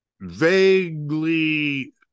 vaguely